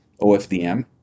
OFDM